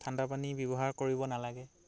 ঠাণ্ডাপানী ব্যৱহাৰ কৰিব নালাগে